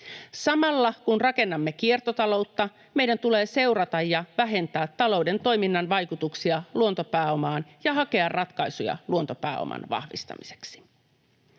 Samalla, kun rakennamme kiertotaloutta, meidän tulee seurata ja vähentää talouden toiminnan vaikutuksia luontopääomaan ja hakea ratkaisuja luontopääoman vahvistamiseksi.